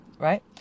right